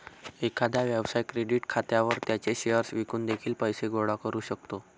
एखादा व्यवसाय क्रेडिट खात्यावर त्याचे शेअर्स विकून देखील पैसे गोळा करू शकतो